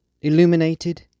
illuminated